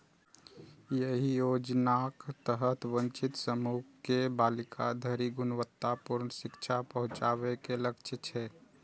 एहि योजनाक तहत वंचित समूह के बालिका धरि गुणवत्तापूर्ण शिक्षा पहुंचाबे के लक्ष्य छै